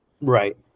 right